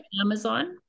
Amazon